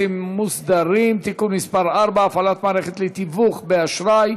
מוסדרים (תיקון מס' 4) (הפעלת מערכת לתיווך באשראי),